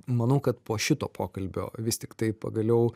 manau kad po šito pokalbio vis tiktai pagaliau